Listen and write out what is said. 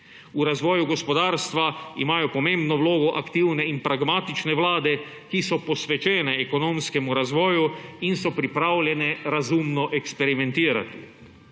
V razvoju gospodarstva imajo pomembno vlogo aktivne in pragmatične vlade, ki so posvečene ekonomskemu razvoju in so pripravljene razumno eksperimentirati.